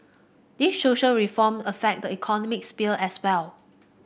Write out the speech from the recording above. these social reform affect the economic sphere as well